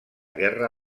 guerra